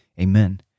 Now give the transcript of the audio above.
Amen